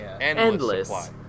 Endless